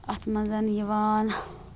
اَتھ مَنٛز یِوان